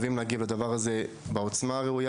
לדבר הזה חייבים להגיב בעוצמה הראויה